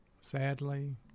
Sadly